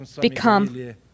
become